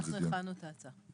אנחנו הכנו את ההצעה.